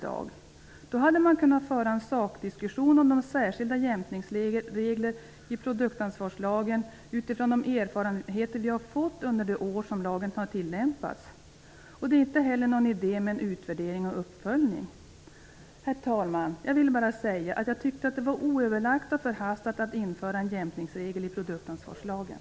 Då hade man kunnat föra en sakdiskussion om särskilda jämkningsregler i produktansvarslagen utifrån de erfarenheter som vi har fått under det år som lagen har tillämpats. Det är inte heller någon idé med en utvärdering och uppföljning. Herr talman! Jag ville bara säga att jag tyckte att det var oöverlagt och förhastat att införa en jämkningsregel i produktansvarslagen.